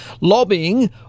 lobbying